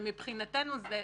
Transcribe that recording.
מבחינתנו זו